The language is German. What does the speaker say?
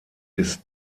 ist